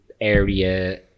area